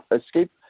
escape